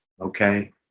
okay